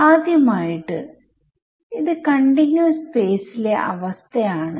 ആദ്യമായിട്ട് ഇത് കണ്ടിനുഅസ് സ്പേസിലെ അവസ്ഥ ആണ്